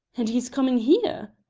and he's coming here?